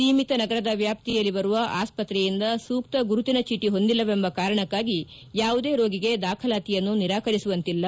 ಸೀಮಿತ ನಗರದ ವ್ಯಾಪ್ತಿಯಲ್ಲಿ ಬರುವ ಆಸ್ತ್ರೆಯಿಂದ ಸೂಕ್ತ ಗುರುತಿನ ಚೀಟಿ ಹೊಂದಿಲ್ಲವೆಂಬ ಕಾರಣಕ್ಕಾಗಿ ಯಾವುದೇ ರೋಗಿಗೆ ದಾಖಲಾತಿಯನ್ನು ನಿರಾಕರಿಸುವಂತಿಲ್ಲ